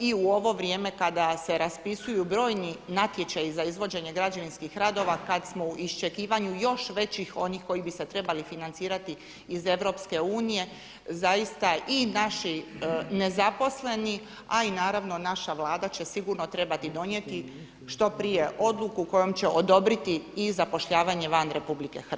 i u ovo vrijeme kada se raspisuju brojni natječaji za izvođenje građevinskih radova kada smo u iščekivanju još većih onih koji bi se trebali financirati iz EU, zaista i naši nezaposleni a i naravno naša Vlada će sigurno trebati donijeti odluku kojom će odobriti i zapošljavanje van RH.